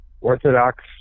Orthodox